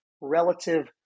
relative